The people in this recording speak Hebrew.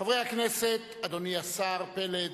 חברי הכנסת, אדוני השר פלד,